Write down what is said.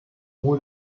wohl